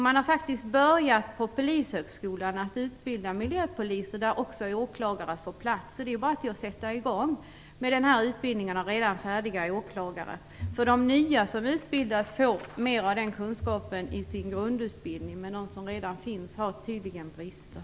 Man har faktiskt börjat på Polishögskolan att utbilda miljöpoliser där också åklagare får plats. Det är bara att sätta i gång med den utbildningen för redan färdiga åklagare. De nya som utbildas får numera den kunskapen i sin grundutbildning, medan de som redan finns har tydligen brister.